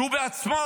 שהוא בעצמו